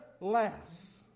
less